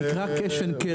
זה נקרא cash and carrier.